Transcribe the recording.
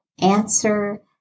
answer